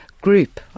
group